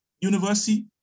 university